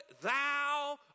thou